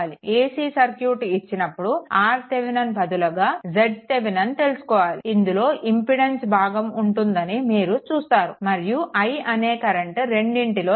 ac circuit ఇచ్చినప్పుడు RThevenin బదులుగా zThevenin తెలుసుకోవాలి ఇందులో ఇంపిడెన్స్ భాగం ఉంటుందని మీరు చూస్తారు మరియు I అనే కరెంట్ రెండింటిలో సమానం